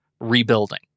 rebuilding